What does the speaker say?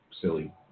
silly